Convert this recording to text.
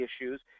issues